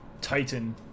titan